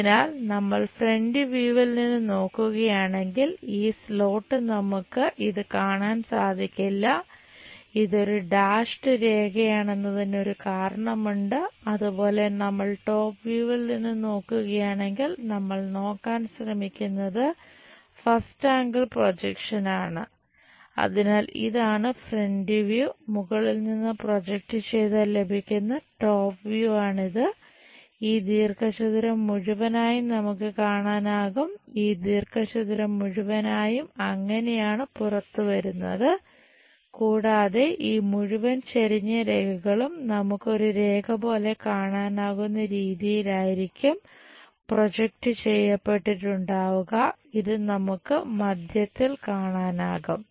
അതിനാൽ നമ്മൾ ഫ്രന്റ് വ്യൂവിൽ നിന്ന് നോക്കുകയാണെങ്കിൽ ഈ സ്ലോട്ട് ചെയ്യപ്പെട്ടിട്ടുണ്ടാവുക ഇത് നമുക്ക് മധ്യത്തിൽ കാണാനാകും